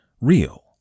real